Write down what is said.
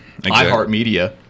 iHeartMedia